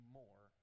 more